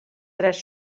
tres